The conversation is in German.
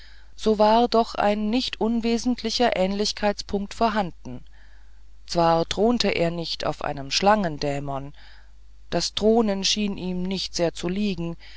so war doch ein nicht unwesentlicher ähnlichkeitspunkt vorhanden zwar thronte er nicht auf einem schlangendämon das thronen schien ihm nicht sehr zu liegen